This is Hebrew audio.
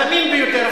הזמין ביותר,